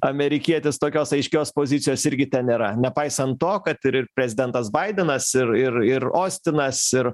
amerikietis tokios aiškios pozicijos irgi nėra nepaisant to kad ir ir prezidentas baidenas ir ir ir ostinas ir